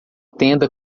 tenda